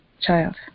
child